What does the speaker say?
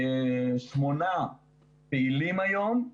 שמונה פעילים היום.